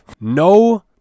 no